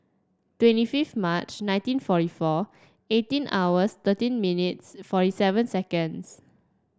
twenty fifth March nineteen forty four eighteen hours thirteen minutes forty seven seconds